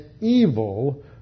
evil